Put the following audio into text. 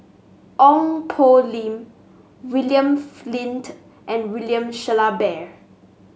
Ong Poh Lim William Flint and William Shellabear